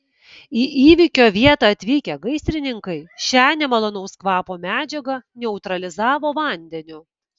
į įvykio vietą atvykę gaisrininkai šią nemalonaus kvapo medžiagą neutralizavo vandeniu